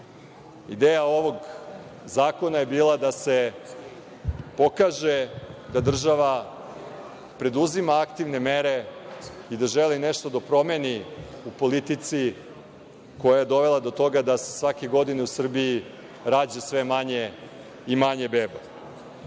Ideja ovog zakona je bila da se pokaže da država preduzima aktivne mere i da želi nešto da promeni u politici koja je dovela do toga da se svake godine u Srbiji rađa sve manje i manje beba. Ono